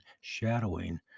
shadowing